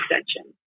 extension